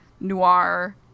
noir